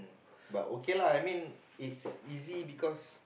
but okay lah I mean it's easy because